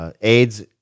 AIDS